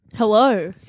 Hello